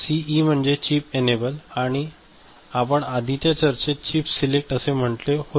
आणि सीई म्हणजे chip enable आपण आधीच्या चर्चेत चिप सिलेक्ट असे म्हंटले आहे